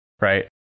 right